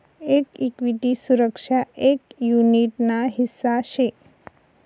एक इक्विटी सुरक्षा एक युनीट ना हिस्सा शे